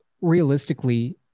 realistically